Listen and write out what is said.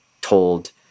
told-